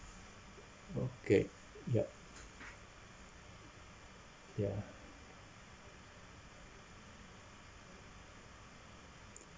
okay ya ya